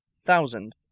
thousand